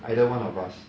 either one of us